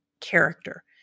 character